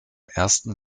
ersten